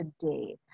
today